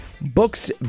books